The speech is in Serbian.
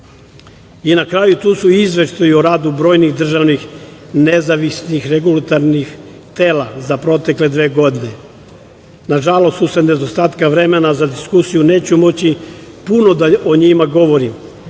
kraju, tu su izveštaji o radu brojnih državnih, nezavisnih regulatornih tela za protekle dve godine. Na žalost usled nedostatka vremena za diskusiju neću moći puno da o njima govorim,